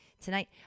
tonight